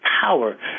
power